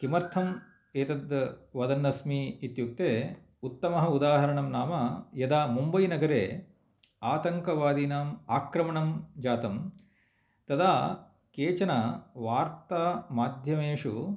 किमर्थं एतद् वदन् अस्मि इत्युक्ते उत्तमः उदाहरणं नाम यदा मुम्बैनगरे आतङ्कवादीनां आक्रमणं जातं तदा केचन वार्ता माध्यमेषु